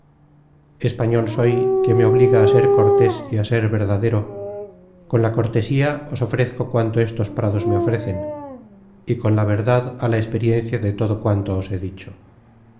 español soy que me obliga á ser cortés y á ser verdadero con la cortesía os ofrezco cuanto estos prados me ofrecen y con la verdad á la experiencia de todo cuanto os he dicho